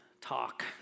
talk